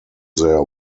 their